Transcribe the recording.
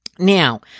Now